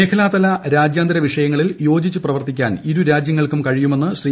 മേഖലാതല രാജ്യാന്തര വിഷയങ്ങളിൽ യോജിച്ച് പ്രവർത്തിക്കാൻ ഇരുരാജൃങ്ങൾക്കും കഴിയുമെന്ന് ശ്രീ